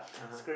(uh huh)